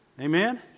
Amen